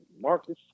Marcus